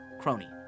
crony